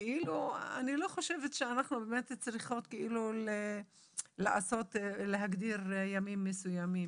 אני לא חושבת שאנחנו באמת צריכות להגדיר ימים מסוימים.